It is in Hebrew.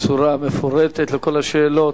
בצורה מפורטת על כל השאלות.